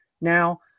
now